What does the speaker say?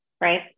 right